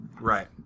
Right